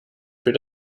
für